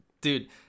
Dude